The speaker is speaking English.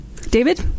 David